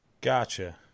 Gotcha